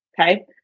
Okay